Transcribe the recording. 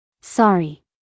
Sorry